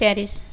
Paris